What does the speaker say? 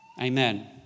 Amen